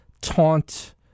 taunt